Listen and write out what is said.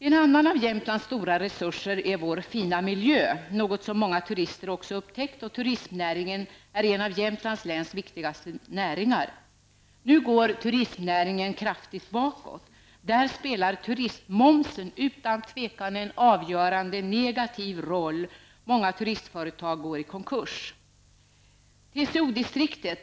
En annan av Jämtlands stora egna resurser är vår fina miljö, något som många turister också upptäckt, och turistnäringen är en av Jämtlands läns viktigaste näringar. Nu går turistnäringen kraftigt bakåt. Där spelar turistmomsen utan tvivel en avgörande negativ roll. Många turistföretag går i konkurs.